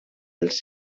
els